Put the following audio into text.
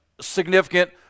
significant